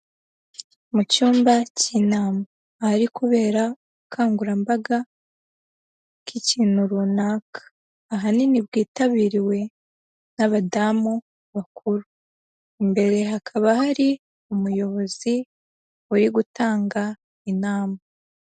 Mu cyumba k'inama, ahari kubera ubukangurambaga bw'ikintu runaka, ahanini bwitabiriwe n'abadamu bakuru, imbere hakaba hari umuyobozi uri gutanga inama.